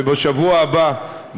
ובשבוע הבא,